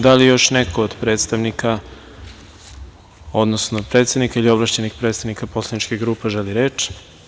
Da li još neko od predstavnika, odnosno predsednika ili ovlašćenih predstavnika poslaničkih grupa želi reč?